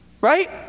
Right